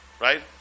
Right